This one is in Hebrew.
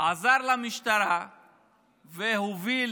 עזר למשטרה והוביל